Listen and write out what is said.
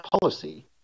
policy